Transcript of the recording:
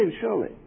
surely